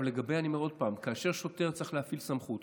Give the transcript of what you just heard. אני אומר עוד פעם: כאשר שוטר צריך להפעיל סמכות,